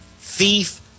thief